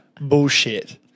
bullshit